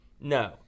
No